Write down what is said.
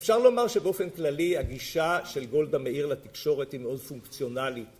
אפשר לומר שבאופן כללי הגישה של גולדה מאיר לתקשורת היא מאוד פונקציונלית.